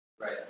Right